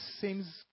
seems